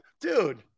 dude